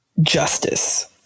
justice